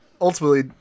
ultimately